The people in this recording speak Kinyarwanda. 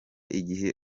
igihe